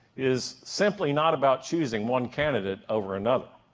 is simply not about choosing one candidate over another